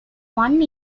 one